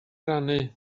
rannu